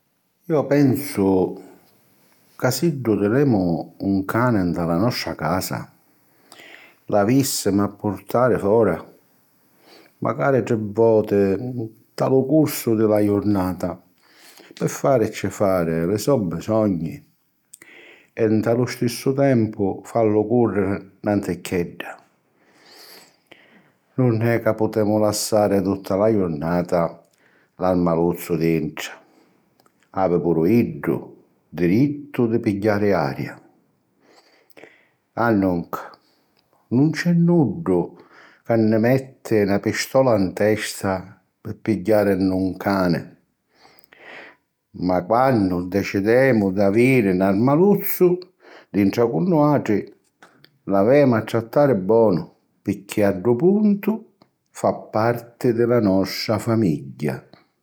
Iu pensu ca siddu tinemu un cani nta la nostra casa, l'avìssimu a purtari fora macari tri voti nta lu cursu di la jurnata, pi fàricci fari li so' bisogni e nta lu stissu tempu fallu cùrriri nanticchiedda. Nun è ca putemu lassari tutta la jurnata l'armaluzzu dintra; havi puru iddu dirittu di pigghiari aria. Annunca, nun c'è nuddu ca ni metti na pistola 'n testa pi pigghiàrini un cani, ma quannu decidemu d'aviri 'n armaluzzu dintra cu nuàutri, l'avemu a trattari bonu, picchì a ddu puntu fa parti di la nostra famigghia.